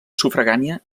sufragània